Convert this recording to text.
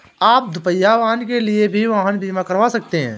आप दुपहिया वाहन के लिए भी वाहन बीमा करवा सकते हैं